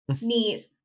Neat